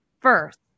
first